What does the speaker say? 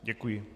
Děkuji.